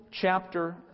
chapter